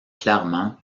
clairement